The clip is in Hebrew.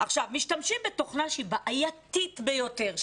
משתמשים בתוכנה שהיא בעייתית ביותר,